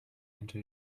into